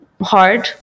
hard